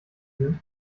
sind